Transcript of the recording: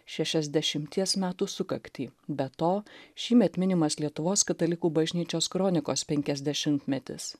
šešiasdešimties metų sukaktį be to šįmet minimas lietuvos katalikų bažnyčios kronikos penkiasdešimtmetis